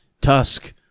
Tusk